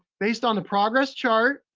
based on the progress chart.